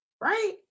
Right